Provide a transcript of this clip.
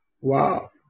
wow